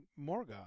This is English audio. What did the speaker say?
Morgoth